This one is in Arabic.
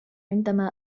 عندما